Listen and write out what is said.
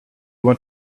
want